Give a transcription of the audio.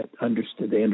understood